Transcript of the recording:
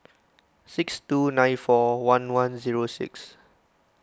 six two nine four one one zero six